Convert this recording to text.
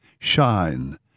shine